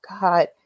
God